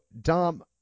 dom